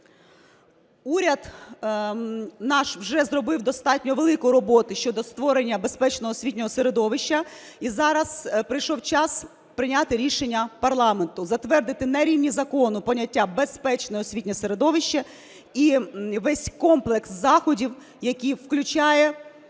Уряд наш вже зробив достатньо велику роботу щодо створення безпечного освітнього середовища. І зараз прийшов час прийняти рішення парламенту затвердити на рівні закону поняття "безпечне освітнє середовище" і весь комплекс заходів, які включає